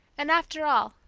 and after all,